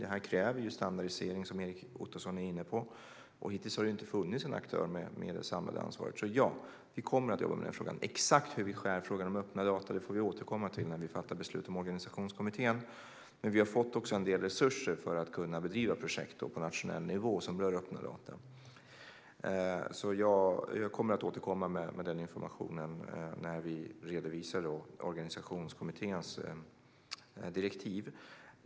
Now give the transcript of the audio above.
Detta kräver standardisering, som Erik Ottoson är inne på, men hittills har det inte funnits en aktör med det samhälleliga ansvaret. Ja, vi kommer att jobba med den frågan. Exakt hur vi "skär" frågan om öppna data får vi återkomma till när vi fattar beslut om organisationskommittén, men vi har fått en del resurser för att på nationell nivå bedriva projekt som rör öppna data. Jag kommer att återkomma med den informationen när vi redovisar organisationskommitténs direktiv.